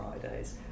Fridays